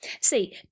see